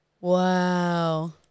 Wow